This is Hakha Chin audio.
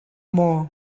maw